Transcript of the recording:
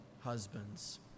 husbands